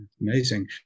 amazing